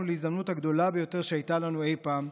להזדמנות הגדולה ביותר שהייתה לנו אי פעם,